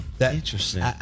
Interesting